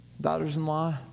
daughters-in-law